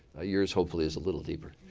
ah yours hopefully is a little deeper.